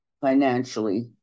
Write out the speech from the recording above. financially